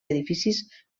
edificis